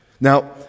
Now